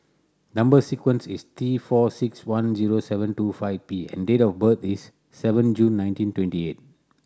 number sequence is T four six one zero seven two five P and date of birth is seven June nineteen twenty eight